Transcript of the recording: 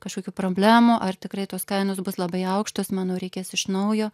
kažkokių problemų ar tikrai tos kainos bus labai aukštos manau reikės iš naujo